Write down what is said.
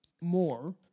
more